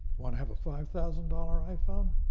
wanna have a five thousand dollars iphone?